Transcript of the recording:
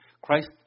Christ